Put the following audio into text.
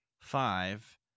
five